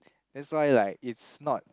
that's why like it's not